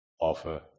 offer